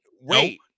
wait